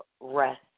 rest